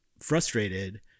frustrated